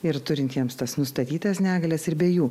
ir turintiems tas nustatytas negalias ir be jų